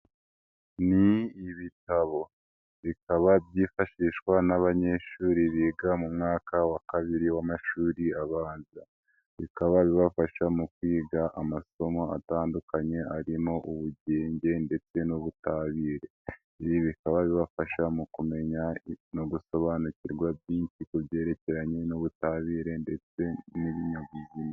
Ni ibitabo bikaba byifashishwa n'abanyeshuri biga mu mwaka wa kabiri w'amashuri abanza, bikaba bibafasha mu kwiga amasomo atandukanye arimo ubugenge ndetse n'ubutabire. Ibi bikaba bibafasha mu kumenya no gusobanukirwa byinshi ku byerekeranye n'ubutabire ndetse n'ibinyabuzi.